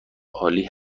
عالی